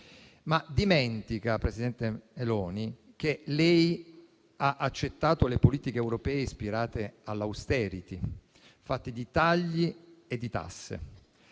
e dimentica anche, presidente Meloni, di aver accettato le politiche europee ispirate all'*austerity*, fatte di tagli e di tasse;